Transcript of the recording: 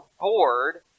board